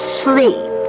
sleep